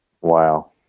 Wow